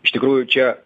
iš tikrųjų čia